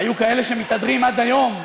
היו כאלה שמתהדרים עד היום,